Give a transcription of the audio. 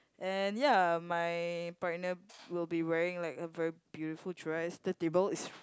and ya my partner will be wearing like a very beautiful dress the table is